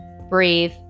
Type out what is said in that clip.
breathe